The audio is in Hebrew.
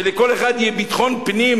שלכל אחד יהיה ביטחון פנים,